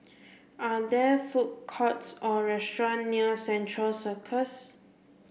are there food courts or restaurants near Central Circus